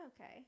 Okay